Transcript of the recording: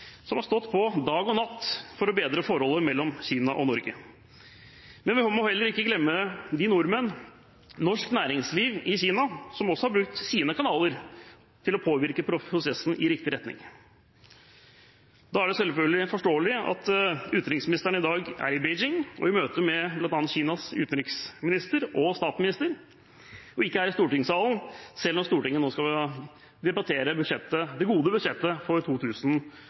som har stått på dag og natt for å bedre forholdet mellom Kina og Norge. Men vi må heller ikke glemme de nordmennene, norsk næringsliv i Kina, som har brukt sine kanaler til å påvirke prosessen i riktig retning. Det er da selvfølgelig forståelig at utenriksministeren i dag er i Beijing i møter med bl.a. Kinas utenriksminister og statsminister og ikke her i stortingssalen, selv når Stortinget debatterer det gode budsjettet 2017 for